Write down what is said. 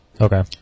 Okay